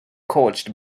coached